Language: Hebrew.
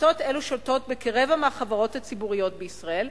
קבוצות אלו שולטות בכרבע מהחברות הציבוריות בישראל,